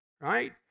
Right